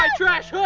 ah trash